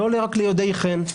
לא רק ליודעי חן.